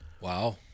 wow